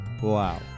Wow